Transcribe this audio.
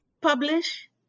Publish